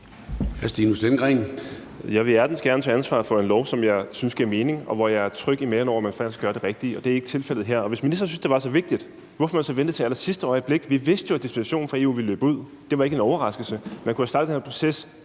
Stinus Lindgreen (RV): Jeg vil hjertens gerne tage ansvar for en lov, som jeg synes giver mening, og hvor jeg er tryg i maven ved, at man faktisk gør det rigtige, og det er ikke tilfældet her. Hvis ministeren synes, at det er så vigtigt, hvorfor har man så ventet til allersidste øjeblik? Vi vidste jo, at dispensationen fra EU ville løbe ud; det var ikke en overraskelse. Man kunne have startet den her proces